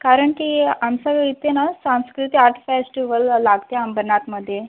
कारण की आमच्या इथे ना सांस्कृती आर्ट फेस्टिवलला लागते अंबरनाथमध्ये